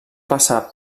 passar